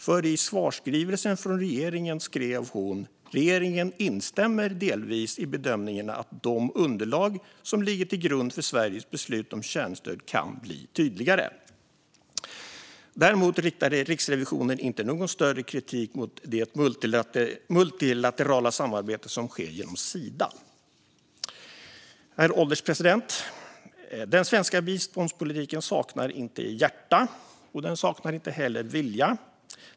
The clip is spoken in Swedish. För i svarsskrivelsen från regeringen skrev hon: "Regeringen instämmer delvis i bedömningen att de underlag som ligger till grund för Sveriges beslut om kärnstöd kan bli tydligare." Däremot riktade Riksrevisionen inte någon större kritik mot det multilaterala samarbete som sker genom Sida. Herr ålderspresident! Den svenska biståndspolitiken saknar inte hjärta. Den saknar inte heller vilja.